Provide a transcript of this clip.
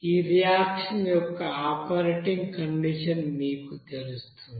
ఈ రియాక్షన్ యొక్క operating condition మీకు తెలుస్తుంది